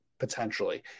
potentially